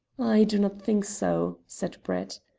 i do not think so, said brett.